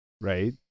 right